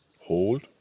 hold